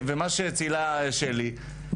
כמו שציינה שלי,